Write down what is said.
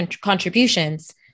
contributions